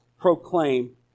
proclaim